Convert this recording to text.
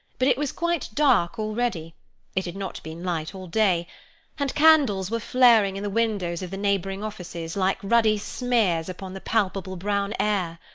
but it was quite dark already it had not been light all day and candles were flaring in the windows of the neighbouring offices, like ruddy smears upon the palpable brown air.